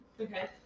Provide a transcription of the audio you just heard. Okay